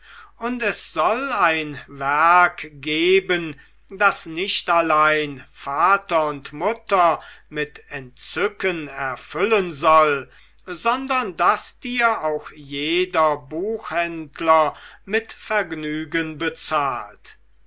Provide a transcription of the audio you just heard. und es soll ein werk geben das nicht allein vater und mutter mit entzücken erfüllen soll sondern das dir auch jeder buchhändler mit vergnügen bezahlt